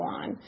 on